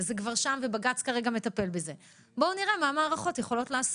וזה כבר שם ובג"ץ כרגע מטפל בזה בואו נראה מה המערכות יכולות לעשות.